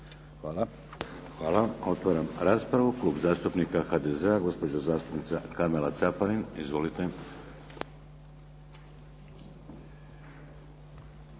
Hvala. Otvaram raspravu. Klub zastupnika HDZ-a, gospođa zastupnica Karmela Caparin. Izvolite.